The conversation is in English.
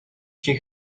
she